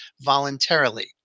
voluntarily